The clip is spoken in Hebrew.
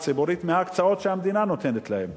הציבורית מההקצאות שהמדינה נותנת להם,